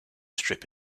strip